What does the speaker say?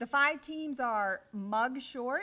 the five teams are mugs s